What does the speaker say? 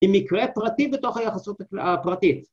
‫היא מקרה פרטי בתוך היחסות הפרטית.